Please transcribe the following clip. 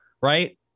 right